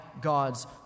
God's